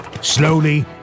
Slowly